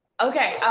okay!